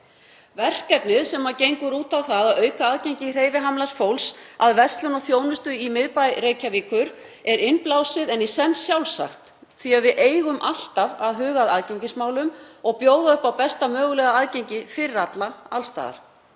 Verkefnið, sem gengur út á það að auka aðgengi hreyfihamlaðs fólks að verslun og þjónustu í miðbæ Reykjavíkur, er innblásið en í senn sjálfsagt því að við eigum alltaf að huga að aðgengismálum og bjóða upp á besta mögulega aðgengi fyrir alla alls staðar.